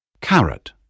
carrot